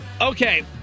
Okay